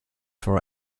for